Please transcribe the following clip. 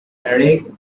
erect